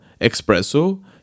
Espresso